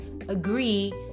agree